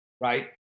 right